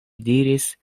diris